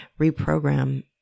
reprogram